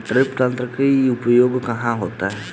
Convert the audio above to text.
Drip तंत्र का उपयोग कहाँ होता है?